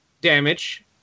damage